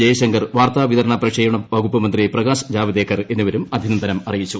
ജയശങ്കർ വാർത്താവിതരണ പ്രക്ഷേപണ വകുപ്പ് മന്ത്രി പ്രകാശ് ജാവദേക്കർ എന്നിവരും അഭിനന്ദനം അറിയിച്ചു